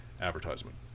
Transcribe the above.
advertisement